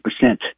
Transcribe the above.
percent